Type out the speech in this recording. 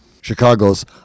Chicago's